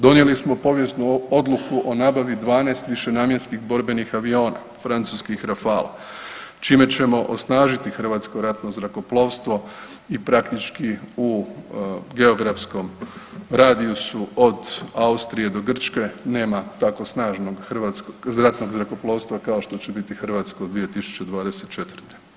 Donijeli smo povijesnu odluku o nabavi 12 višenamjenskih borbenih aviona, francuskih rafala čime ćemo osnažiti Hrvatsko ratno zrakoplovstvo i praktički u geografskom radijusu od Austrije do Grčke nema tako snažnog ratnog zrakoplovstva kao što će biti hrvatsko 2024.